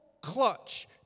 clutch